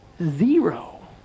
Zero